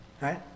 right